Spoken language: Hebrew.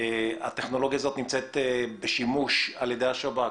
הטכנולוגיה הזאת נמצאת בשימוש על ידי השב"כ